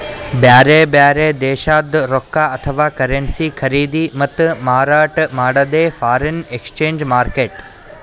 ಬ್ಯಾರೆ ಬ್ಯಾರೆ ದೇಶದ್ದ್ ರೊಕ್ಕಾ ಅಥವಾ ಕರೆನ್ಸಿ ಖರೀದಿ ಮತ್ತ್ ಮಾರಾಟ್ ಮಾಡದೇ ಫಾರೆನ್ ಎಕ್ಸ್ಚೇಂಜ್ ಮಾರ್ಕೆಟ್